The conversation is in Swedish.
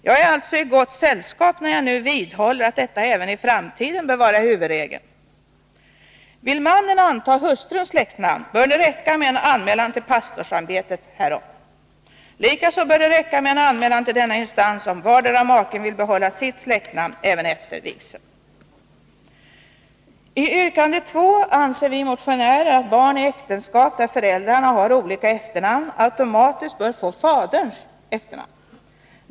Jag är alltså i gott sällskap när jag nu vidhåller att detta även i framtiden bör vara huvudregeln. Vill mannen anta hustruns släktnamn bör det räcka med en anmälan till pastorsämbetet härom. Likaså bör det räcka med en anmälan till denna instans, om vardera maken vill behålla sitt släktnamn även efter vigsel. I yrkande 2 anser vi motionärer att barn i äktenskap, där föräldrarna har olika efternamn, automatiskt bör få faderns efternamn.